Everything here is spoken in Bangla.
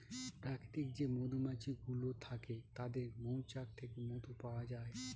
প্রাকৃতিক যে মধুমাছি গুলো থাকে তাদের মৌচাক থেকে মধু পাওয়া যায়